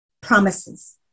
Promises